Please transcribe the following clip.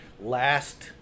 last